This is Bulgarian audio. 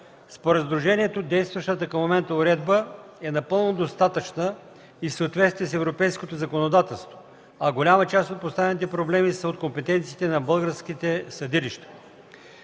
Според сдружението действащата към момента уредба е напълно достатъчна и в съответствие с европейското законодателство, а голяма част от поставените проблеми са от компетенциите на българските съдилища.